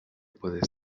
puede